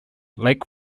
lake